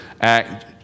act